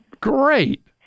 great